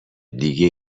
دیگه